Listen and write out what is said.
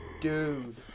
Dude